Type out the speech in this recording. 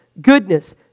Goodness